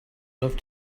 love